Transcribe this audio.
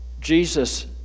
Jesus